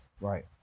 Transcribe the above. Right